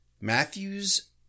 Matthews